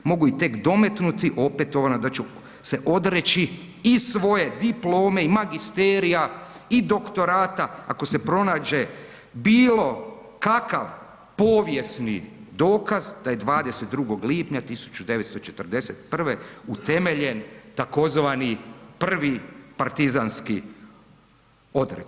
Mogu ih tek dometnuti opetovano da ću se odreći i svoje diplome i magisterija i doktorata ako se pronađe bilo kakav povijesni dokaz da je 22. lipnja 1941. utemeljen tzv. Prvi partizanski odred.